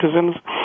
citizens